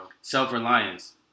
self-reliance